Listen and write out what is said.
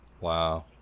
Wow